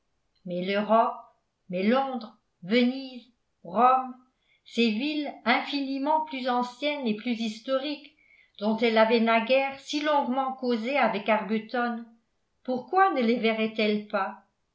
mais l'europe mais londres venise rome ces villes infiniment plus anciennes et plus historiques dont elle avait naguère si longuement causé avec arbuton pourquoi ne les verrait elle pas